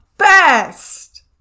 best